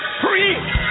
free